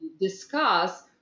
discuss